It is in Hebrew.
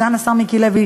סגן השר מיקי לוי,